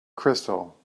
crystal